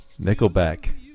Nickelback